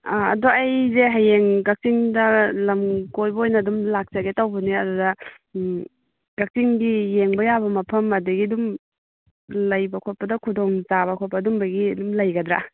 ꯑꯥ ꯑꯗꯣ ꯑꯩꯁꯦ ꯍꯌꯦꯡ ꯀꯛꯆꯤꯡꯗ ꯂꯝ ꯀꯣꯏꯕ ꯑꯣꯏꯅ ꯑꯗꯨꯝ ꯂꯥꯛꯆꯒꯦ ꯇꯧꯕꯅꯦ ꯑꯗꯨꯗ ꯀꯛꯆꯤꯡꯒꯤ ꯌꯦꯡꯕ ꯌꯥꯕ ꯃꯐꯝ ꯑꯗꯒꯤ ꯑꯗꯨꯝ ꯂꯩꯕ ꯈꯣꯠꯄꯗ ꯈꯨꯗꯣꯡ ꯆꯥꯕ ꯈꯣꯠꯄ ꯑꯗꯨꯝꯕꯒꯤ ꯑꯗꯨꯝ ꯂꯩꯒꯗ꯭ꯔꯥ